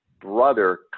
brother